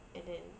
and then